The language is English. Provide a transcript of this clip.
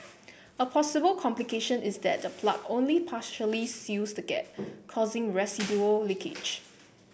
a possible complication is that the plug only partially seals the gap causing residual leakage